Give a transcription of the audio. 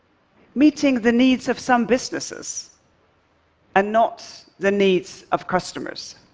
meeting the needs of some businesses and not the needs of customers.